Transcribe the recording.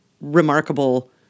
remarkable